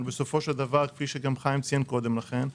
כפי שחיים ציין קודם לכן,